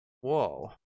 whoa